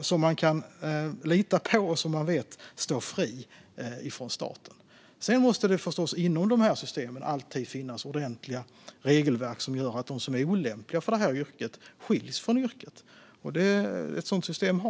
som man kan lita på och vet står fri från staten. Det är en av grundbultarna i en fungerande rättsstat. Inom systemet måste det dock alltid finnas ordentliga regelverk som gör att de som är olämpliga för detta yrke skiljs från yrket. Vi har ett sådant system.